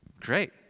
Great